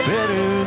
Better